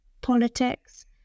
politics